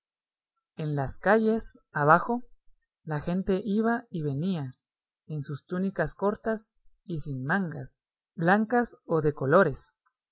en las calles abajo la gente iba y venía en sus túnicas cortas y sin mangas blancas o de colores